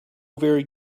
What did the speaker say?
very